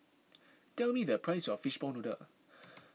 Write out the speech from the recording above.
tell me the price of Fishball Noodle